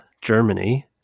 Germany